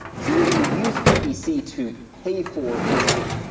so, you're going to use ppc to pay for ranking.